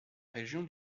région